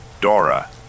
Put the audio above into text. Dora